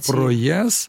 pro jas